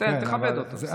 תכבד אותו.